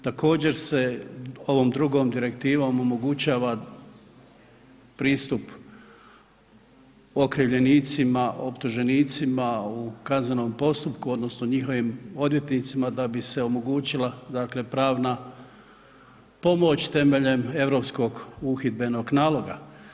Također se ovom drugom direktivnom omogućava pristup okrivljenicima, optuženicima u kaznenom postupku odnosno njihovim odvjetnicima, da bi se omogućila pravna pomoć temeljem europskog uhidbenog naloga.